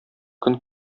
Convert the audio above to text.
көн